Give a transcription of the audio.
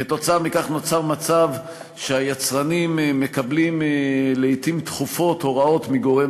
כתוצאה מכך נוצר מצב שהיצרנים מקבלים לעתים תכופות הוראות מגורם